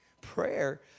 Prayer